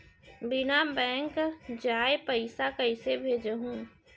बिना बैंक जाये पइसा कइसे भेजहूँ?